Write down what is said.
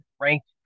ranked